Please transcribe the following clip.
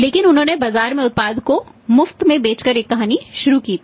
लेकिन उन्होंने बाजार में उत्पाद को मुफ्त में बेचकर एक कहानी शुरू की है